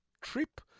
trip